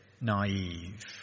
naive